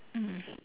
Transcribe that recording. mm